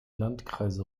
landkreise